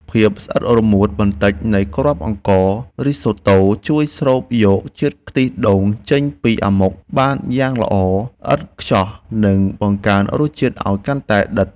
ភាពស្អិតរមួតបន្តិចនៃគ្រាប់អង្កររីសូតូជួយស្រូបយកជាតិខ្ទិះដូងចេញពីអាម៉ុកបានយ៉ាងល្អឥតខ្ចោះនិងបង្កើនរសជាតិឱ្យកាន់តែដិត។